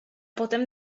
potem